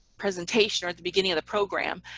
presentation or at the beginning of the program,